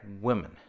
women